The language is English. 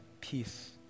peace